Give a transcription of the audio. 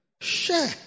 Share